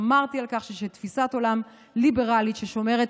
ושמרתי על כך שהן יישמרו שם,